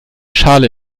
schale